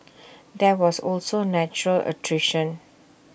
there was also natural attrition